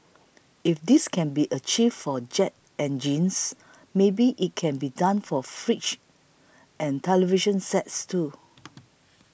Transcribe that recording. if this can be achieved for jet engines maybe it can be done for fridges and television sets too